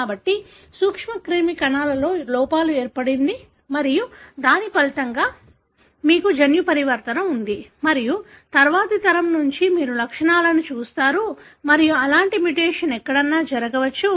కాబట్టి సూక్ష్మక్రిమి కణాలలో లోపం ఏర్పడింది మరియు దాని ఫలితంగా మీకు జన్యు పరివర్తన ఉంది మరియు తరువాతి తరం నుండి మీరు లక్షణాలను చూస్తారు మరియు అలాంటి మ్యుటేషన్ ఎక్కడైనా జరగవచ్చు